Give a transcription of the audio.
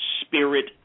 Spirit